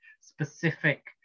specific